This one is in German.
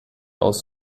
aus